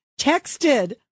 texted